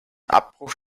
abbruch